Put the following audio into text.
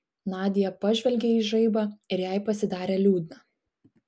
nadia pažvelgė į žaibą ir jai pasidarė liūdna